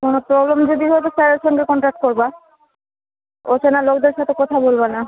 problem যদি হয় তো স্যারের সঙ্গে কনট্যাক্ট করবে অচেনা লোকদের সাথে কথা বলবে না